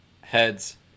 Heads